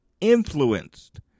influenced